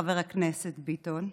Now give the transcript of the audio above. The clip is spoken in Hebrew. חבר הכנסת ביטון,